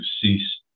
cease